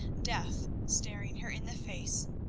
death staring her in the face,